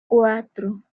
cuatro